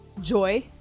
Joy